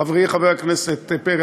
חברי חבר הכנסת פרי?